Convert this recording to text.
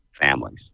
families